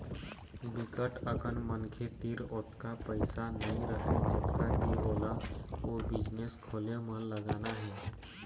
बिकट अकन मनखे तीर ओतका पइसा नइ रहय जतका के ओला ओ बिजनेस खोले म लगाना हे